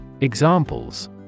Examples